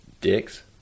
dicks